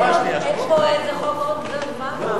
להבראת כלכלת ישראל (תיקוני חקיקה להשגת יעדי